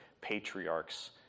patriarchs